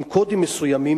עם קודים מסוימים,